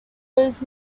was